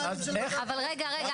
אבל רגע רגע,